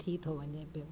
थी थो वञे पियो